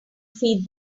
feed